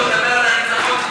דבר על הציונות,